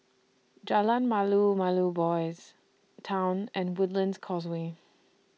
Jalan Malu Malu Boys' Town and Woodlands Causeway